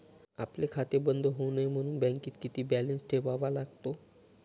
आपले खाते बंद होऊ नये म्हणून बँकेत किती बॅलन्स ठेवावा लागतो?